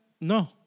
No